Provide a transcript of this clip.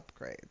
upgrades